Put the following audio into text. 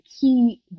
key